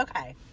Okay